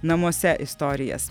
namuose istorijas